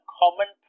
common